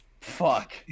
Fuck